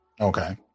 okay